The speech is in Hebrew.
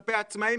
כלפי העצמאים,